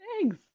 Thanks